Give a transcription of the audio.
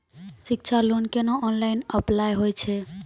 शिक्षा लोन केना online apply होय छै?